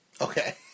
Okay